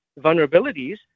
vulnerabilities